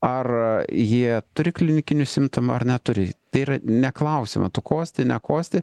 ar jie turi klinikinių simptomų ar neturi tai yra neklausiama tu kosti nekosti